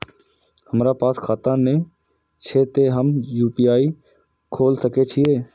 हमरा पास खाता ने छे ते हम यू.पी.आई खोल सके छिए?